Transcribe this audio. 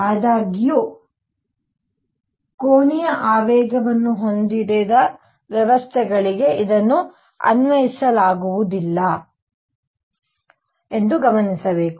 ಆದಾಗ್ಯೂ ಕೋನೀಯ ಆವೇಗವನ್ನು ಹೊಂದಿರದ ವ್ಯವಸ್ಥೆಗಳಿಗೆ ಇದನ್ನು ಅನ್ವಯಿಸಲಾಗುವುದಿಲ್ಲ ಎಂದು ಗಮನಿಸಬೇಕು